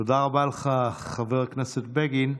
תודה רבה לך, חבר הכנסת בגין.